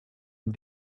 and